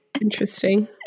Interesting